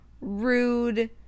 rude